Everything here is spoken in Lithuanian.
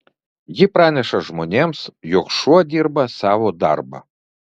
ji praneša žmonėms jog šuo dirba savo darbą